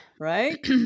right